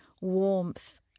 warmth